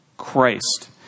Christ